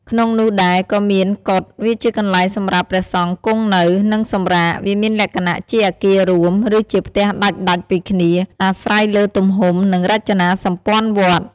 ក្នុងនោះដែរក៏មាន កុដិ វាជាកន្លែងសម្រាប់ព្រះសង្ឃគង់នៅ និងសម្រាក វាមានលក្ខណៈជាអគាររួម ឬជាផ្ទះដាច់ៗពីគ្នា អាស្រ័យលើទំហំ និងរចនាសម្ព័ន្ធវត្ត។